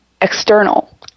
external